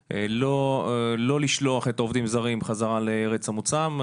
שביקשו לא לשלוח את העובדים זרים חזרה לארץ מוצאם,